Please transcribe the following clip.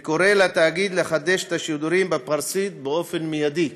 וקורא לתאגיד לחדש את השידורים בפרסית באופן מיידי.